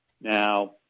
Now